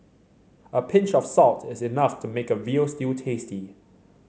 a pinch of salt is enough to make a veal stew tasty